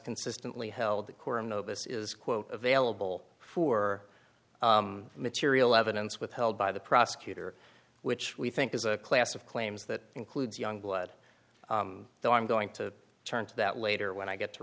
consistently held that quorum no this is quote available for material evidence withheld by the prosecutor which we think is a class of claims that includes youngblood so i'm going to turn to that later when i get to